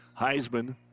Heisman